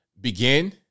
begin